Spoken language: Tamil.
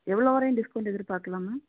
எவ்வளவு வரையும் டிஸ்கௌண்ட் எதிர்பார்க்கலாம் மேம்